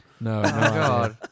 No